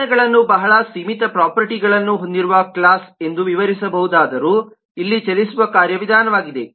ವಾಹನಗಳನ್ನು ಬಹಳ ಸೀಮಿತ ಪ್ರೊಪರ್ಟಿಗಳನ್ನು ಹೊಂದಿರುವ ಕ್ಲಾಸ್ ಎಂದು ವಿವರಿಸಬಹುದಾದರೂ ಇದು ಚಲಿಸುವ ಕಾರ್ಯವಿಧಾನವಾಗಿದೆ